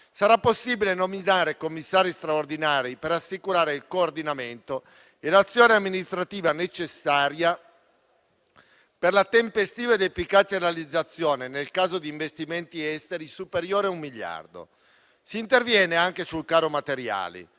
sarà possibile nominare commissari straordinari per assicurare il coordinamento e l'azione amministrativa necessaria per la tempestiva ed efficace realizzazione, nel caso di investimenti esteri superiori a un miliardo. Si interviene anche sul caro materiali,